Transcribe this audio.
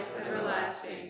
everlasting